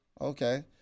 okay